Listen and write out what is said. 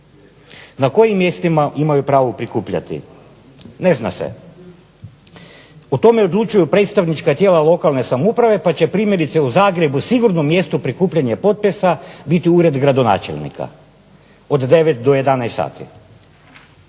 Na kojim mjestima imaju pravo prikupljati? Ne zna se. O tome odlučuju predstavnička tijela lokalne samouprave, pa će primjerice u Zagrebu sigurno mjesto prikupljanja potpisa biti Ured gradonačelnika od 9 do 11 sati.